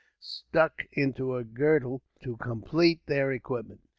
stuck into a girdle, to complete their equipment.